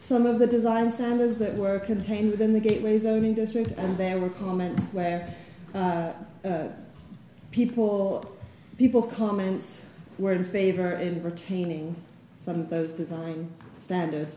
some of the design standards that were contained within the gateway zoning district and there were comments where people people's comments were in favor and retaining some of those design standards